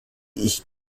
ich